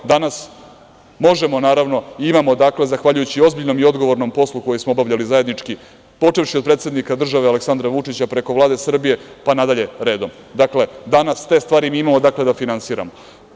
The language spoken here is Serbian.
Danas možemo, naravno i imao dakle, zahvaljujući ozbiljnom i odgovornom poslu koji smo obavljali zajednički, počevši od predsednika države Aleksandra Vučića, preko Vlade Srbije pa nadalje redom, dakle, danas te stvari mi imamo odakle da finansirasmo.